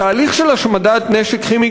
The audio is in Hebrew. התהליך של השמדת נשק כימי,